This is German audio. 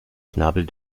schnabel